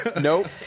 nope